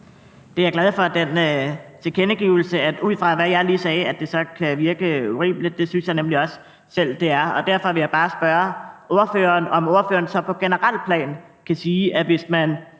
Jeg er glad for den tilkendegivelse af, at det, ud fra hvad jeg lige sagde, kan virke urimeligt, for det synes jeg nemlig også selv det er. Derfor vil jeg bare høre ordføreren, om hun på et generelt plan kan svare på: Hvis man